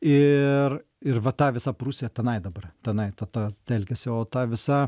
ir ir va ta visa prūsija tenai dabar tenai ta ta telkiasi o ta visa